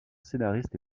scénariste